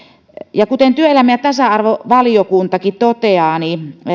ja kuten työelämä ja tasa arvovaliokuntakin toteaa